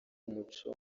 umuco